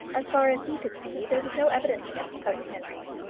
as far as he could see there was no evidence against cousin henry.